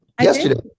yesterday